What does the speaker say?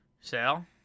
Sal